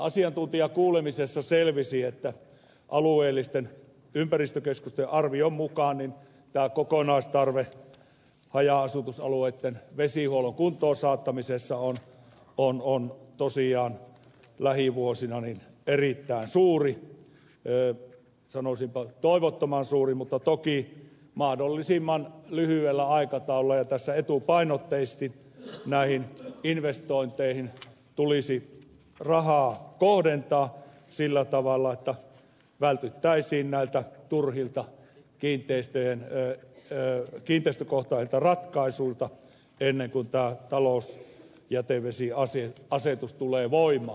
asiantuntijakuulemisessa selvisi että alueellisten ympäristökeskusten arvion mukaan kokonaistarve haja asutusalueitten vesihuollon kuntoonsaattamisessa on tosiaan lähivuosina erittäin suuri sanoisinpa toivottoman suuri mutta toki mahdollisimman lyhyellä aikataululla ja etupainotteisesti näihin investointeihin tulisi rahaa kohdentaa sillä tavalla että vältyttäisiin näiltä turhilta kiinteistökohtaisilta ratkaisuilta ennen kuin talousjätevesiasetus tulee voimaan